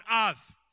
earth